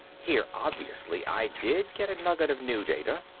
here obviously i did get a nugget of new data,